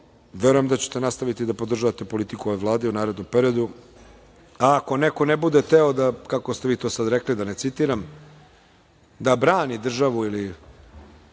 Verujem da ćete nastaviti da podržavate politiku ove Vlade i u narednom periodu. Ako neko ne bude hteo da, kako ste vi to sad rekli, da ne citiram, da brani državu ili